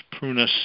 prunus